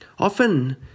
Often